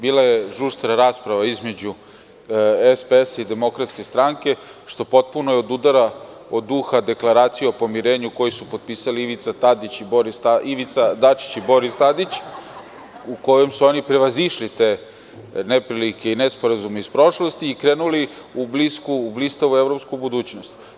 Bila je žustra rasprava između SPS i DS, što potpuno odudara od duha Deklaracije o pomirenju koju su potpisali Ivica Dačić i Boris Tadić u kojoj su oni prevazišli te neprilike i nesporazume iz prošlosti i krenuli u blisku, blistavu evropsku budućnost.